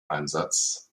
einsatz